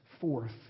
forth